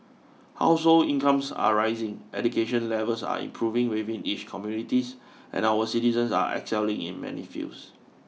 household incomes are rising education levels are improving within each communities and our citizens are excelling in many fields